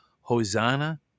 Hosanna